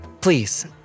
Please